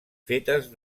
fetes